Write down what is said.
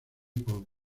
pop